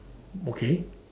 okay